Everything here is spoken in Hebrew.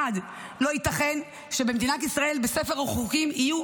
1. לא ייתכן שבספר החוקים במדינת ישראל יהיו